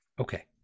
Okay